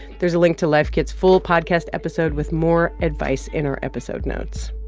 there's a link to life kit's full podcast episode with more advice in our episode notes